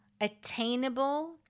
attainable